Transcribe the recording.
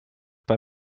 bei